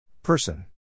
PERSON